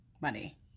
money